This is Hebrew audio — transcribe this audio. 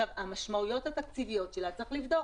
את המשמעויות התקציביות שלה צריך לבדוק.